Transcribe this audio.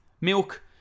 milk